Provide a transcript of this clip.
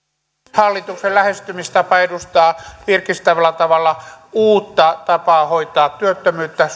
hallituksen lähestymistapa edustaa virkistävällä tavalla uutta tapaa hoitaa työttömyyttä